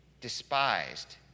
despised